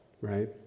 right